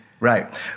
Right